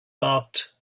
marked